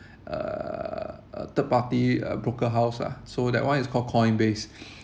uh a third party uh broker house lah so that one is call coin based